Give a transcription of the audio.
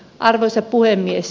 arvoisa puhemies